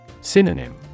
Synonym